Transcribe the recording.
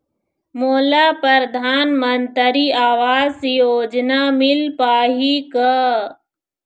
मोला परधानमंतरी आवास योजना मिल पाही का?